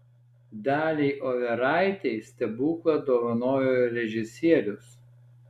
daliai overaitei stebuklą dovanojo režisierius